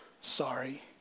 sorry